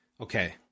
Okay